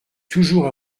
toujours